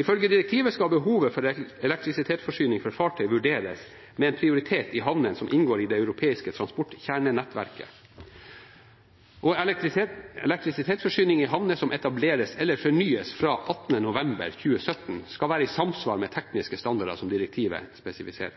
Ifølge direktivet skal behovet for elektrisitetsforsyning for fartøy vurderes med en prioritet i havnene som inngår i det transeuropeiske transportnettverket, og elektrisitetsforsyning i havner som etableres eller fornyes fra 18. november 2017, skal være i samsvar med tekniske standarder som direktivet spesifiserer.